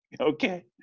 Okay